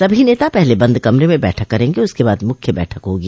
सभी नेता पहले बंद कमरे में बैठक करेंगे उसके बाद मुख्य बैठक होगी